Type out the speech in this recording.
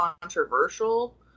controversial